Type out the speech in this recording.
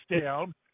down